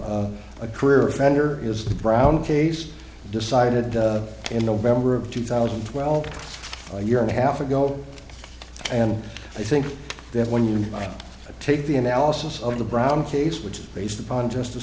of a career offender is the brown case decided in november of two thousand and twelve a year and a half ago and i think that when you take the analysis of the brown case which is based upon just